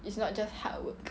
it's not just hard work